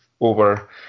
over